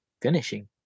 finishing